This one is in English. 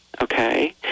okay